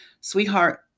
sweetheart